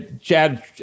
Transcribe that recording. Chad